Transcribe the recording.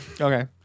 Okay